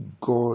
God